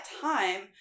time